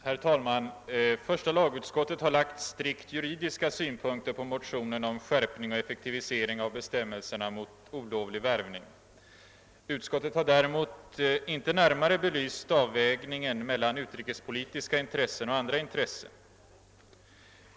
Herr talman! Första lagutskottet har lagt strikt juridiska synpunkter på motionen om skärpning och effektivisering av bestämmelserna mot olovlig värvning. Utskottet har däremot inte närmare belyst avvägningen mellan utrikespolitiska intressen och andra intressen.